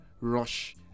rush